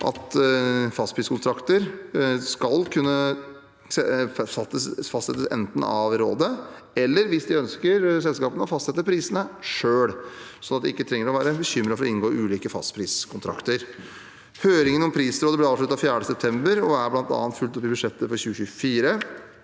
at fastpriskontrakter skal kunne fastsettes enten av rådet eller – hvis de ønsker det – av selskapene selv, sånn at de ikke trenger å være bekymret for å inngå ulike fastpriskontrakter. Høringen om prisrådet ble avsluttet 4. september og er bl.a. fulgt opp i budsjettet for 2024.